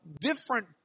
different